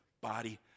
body